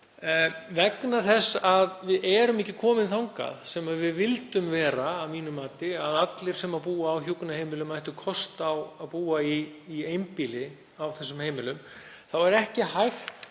Vegna þess að við erum ekki komin þangað sem við vildum vera, að mínu mati, að allir sem búa á hjúkrunarheimilum eigi kost á að búa í einbýli á þessum heimilum þá er ekki hægt